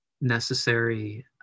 necessary